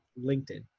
LinkedIn